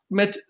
met